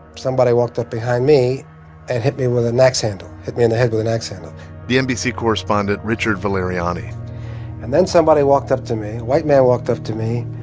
somebody walked up behind me and hit me with an axe handle, hit me in the head with an axe handle the nbc correspondent richard valeriani and then somebody walked up to me a white man walked up to me,